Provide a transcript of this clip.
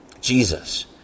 Jesus